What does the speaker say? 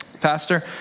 pastor